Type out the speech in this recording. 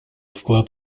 вклад